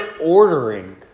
ordering